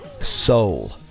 soul